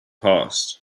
passed